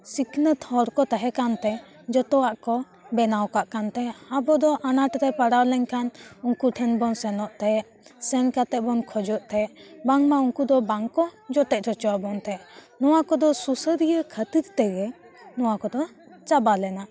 ᱥᱤᱠᱷᱱᱟᱹᱛ ᱦᱚᱲ ᱠᱚ ᱛᱟᱦᱮᱸ ᱠᱟᱱᱛᱮ ᱡᱚᱛᱚᱣᱟᱜ ᱠᱚ ᱵᱮᱱᱟᱣ ᱠᱟᱜ ᱠᱟᱱ ᱛᱟᱦᱮᱸ ᱟᱵᱚ ᱫᱚ ᱟᱱᱟᱴ ᱨᱮ ᱯᱟᱲᱟᱣ ᱞᱮᱱᱠᱷᱟᱱ ᱩᱱᱠᱩ ᱴᱷᱮᱱ ᱵᱚᱱ ᱥᱮᱱᱚᱜ ᱛᱮ ᱥᱮᱱ ᱠᱟᱛᱮᱜ ᱵᱚᱱ ᱠᱷᱚᱡᱚᱜ ᱛᱟᱦᱮᱸᱜ ᱵᱟᱝᱢᱟ ᱩᱝᱠᱩ ᱫᱚ ᱵᱟᱝ ᱠᱚ ᱡᱚᱴᱮᱫ ᱦᱚᱪᱚᱣ ᱵᱚᱱ ᱛᱟᱦᱮᱸᱫ ᱱᱚᱣᱟ ᱠᱚᱫᱚ ᱥᱩᱥᱟᱹᱨᱟᱤᱭᱟᱹ ᱠᱷᱟᱹᱛᱤᱨ ᱛᱮᱜᱮ ᱱᱚᱣᱟ ᱠᱚᱫᱚ ᱪᱟᱵᱟ ᱞᱮᱱᱟ